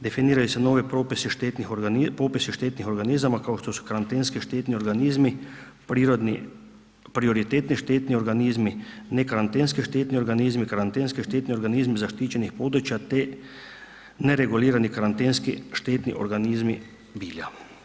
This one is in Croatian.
Definiraju se novi propisi štetnih organizama kao što su karantenski štetni organizmi, prioritetni štetni organizmi, ne karantenski štetni organizmi, karantenski štetni organizmi zaštićenih područja te neregulirani karantenski štetni organizmi bilja.